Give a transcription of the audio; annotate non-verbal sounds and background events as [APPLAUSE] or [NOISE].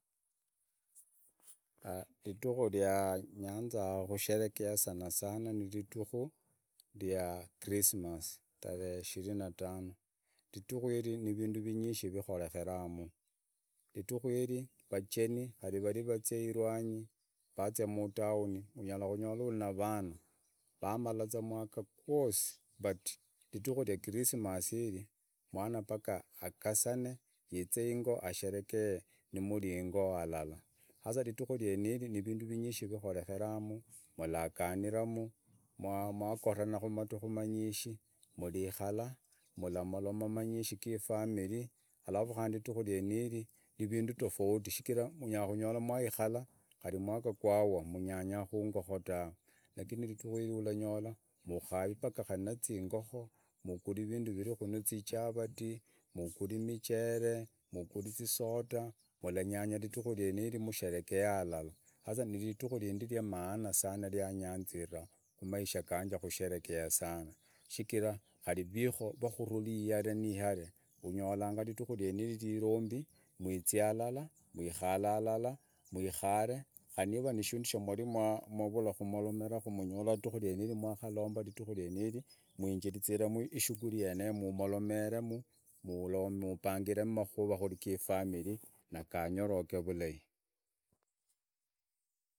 [HESITATION] iridiku vianyanza kusherekecha sana sana ni iridiku via christmas tarehe shirihe na tano, ridiku linu ni raditeu vindu ivinge vikarekamu, ridiku linu καrί avayení kari vazia ilwanyi vazia mutown unyarakonyara na avana vamara umwiga gwosi bt ilidiku lya christmas lino umwana paka akasane gaze yengo ashekere mri yengo arara sasa iridiku nyeniri ni ivindu ivinge vikorekeramu mraganiramu mwagonamu kumadiku amingi murikara mramoromaku aminye gifwamili alafu kandu vyeneye ni ivindu toyauti chigara unyarakonya ya umwiga gwalya munyanya kangoko dava lakini. lidiku nyeniri uranyora mkavivu mpaka kari nizingoko mgoli nivindu kure ninyabati mugori imichele muguru izosoda mranyanya iridiku iye niyo msherekecha harara sasa niridiku rinde vyamahana sana vyanyanzira mumahishi gange kusherekecha sana chigara kari aviko vakutuli ihare ni ihare unyora iridiku vyeniye vivombi mwizi alala mwikale alala mwikare kari niwa nikindu chamwavula komoromerako mnyo mwakaromba iriduku vyeniri mwingingirizimu ishughuli yeneye mumolomemu mubangeremu amakuvaa giramili manganyoroke. lidiku ryeniri uranyora mkaviku mpaka nizingoko mgoli ni vindu kure nivyabati, miguri imichele muguri izisoda mranyanya iridiku lyeniye msherejesha harara sasa niridiku rinde ryamahana sana, ryanyanzira mumalishagange kusherekcha sana, chigara kari aviko vakutuli ihare ni ihare ni ihare unyora iridiku ryeniye vivombi mwizi alala, mwikare elala, mwikare kari niwa nikindu chamwavula komeromeraku mnyola mwakaremba iriduku ryeniri mwinginzimu ishughuli yeneyo mumolomemi, mubangeremu amakuva gifamili manganyorake vulahi.